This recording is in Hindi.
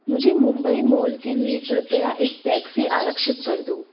मुझे मुंबई मॉल के लिए कृपया एक टैक्सी आरक्षित कर दो